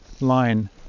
line